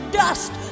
dust